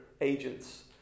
agents